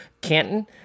Canton